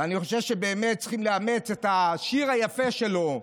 ואני חושב שבאמת צריכים לאמץ את השיר היפה שלו,